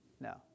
No